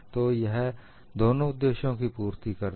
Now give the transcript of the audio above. तो यह दोनों उद्देश्यों की पूर्ति करता है